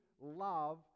love